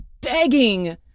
begging